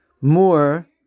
more